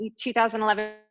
2011